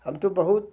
हम तो बहुत